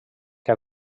que